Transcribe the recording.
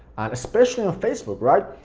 and especially on facebook, right?